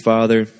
Father